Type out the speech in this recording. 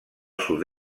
sud